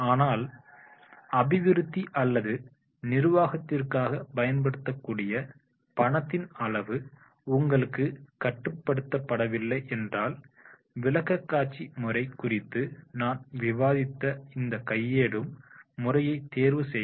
ஆனால் அபிவிருத்தி அல்லது நிர்வாகத்திற்காக பயன்படுத்தக்கூடிய பணத்தின் அளவு உங்களுக்கு கட்டுப்படுத்தவில்லை என்றால் விளக்கக்காட்சி முறை குறித்து நான் விவாதித்த இந்த கை போடும் முறையை தேர்வு செய்க